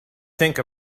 think